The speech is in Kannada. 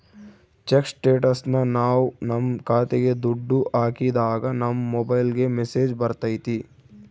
ಚೆಕ್ ಸ್ಟೇಟಸ್ನ ನಾವ್ ನಮ್ ಖಾತೆಗೆ ದುಡ್ಡು ಹಾಕಿದಾಗ ನಮ್ ಮೊಬೈಲ್ಗೆ ಮೆಸ್ಸೇಜ್ ಬರ್ತೈತಿ